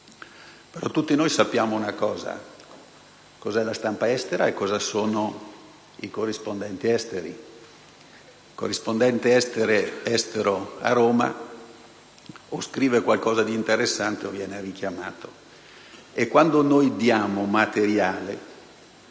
Tutti noi sappiamo cosa sia la stampa estera e cosa siano i corrispondenti esteri: il corrispondente estero a Roma o scrive qualcosa di interessante o viene richiamato. E quando noi forniamo materiale